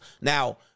Now